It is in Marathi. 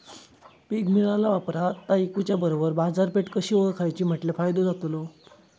पीक मिळाल्या ऑप्रात ता इकुच्या बरोबर बाजारपेठ कशी ओळखाची म्हटल्या फायदो जातलो?